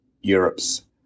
Europe's